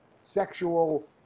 sexual